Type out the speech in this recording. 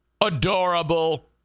adorable